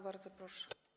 Bardzo proszę.